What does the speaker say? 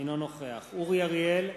אינו נוכח אורי אריאל,